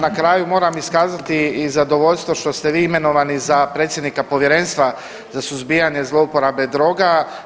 Na kraju moram iskazati i zadovoljstvo što ste vi imenovani za predsjednika Povjerenstva za suzbijanje zlouporabe droga.